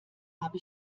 habe